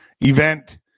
event